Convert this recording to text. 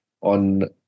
on